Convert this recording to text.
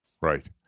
Right